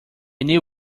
new